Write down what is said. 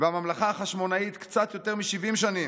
והממלכה החשמונאית קצת יותר מ-70 שנים.